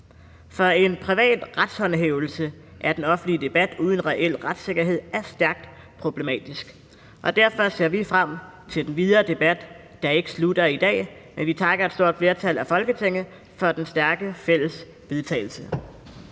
Så en privat retshåndhævelse af den offentlige debat uden reel retssikkerhed er stærkt problematisk. Derfor ser vi frem til den videre debat, der ikke slutter i dag. Men vi takker et stort flertal i Folketinget for det stærke fælles forslag